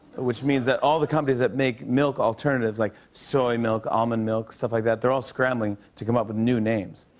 which means that all the companies that make milk alternatives, like soy milk, almond milk, stuff like that, they're all scrambling to come up with new names.